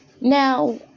now